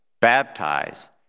baptize